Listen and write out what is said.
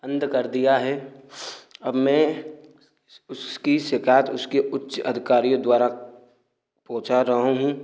बंद कर दिया है अब मैं उसकी शिकायत उसके उच्च अधिकारियों द्वारा पोचा रहा हूँ